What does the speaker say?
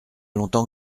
longtemps